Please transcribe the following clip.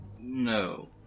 No